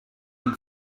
him